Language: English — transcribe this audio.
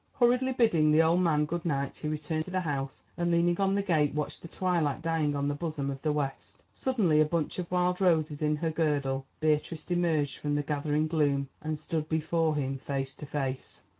hurriedly bidding the old man good-night he returned to the house, and leaning on the gate watched the twilight dying on the bosom of the west. suddenly, a bunch of wild roses in her girdle, beatrice emerged from the gathering gloom and stood before him face to face.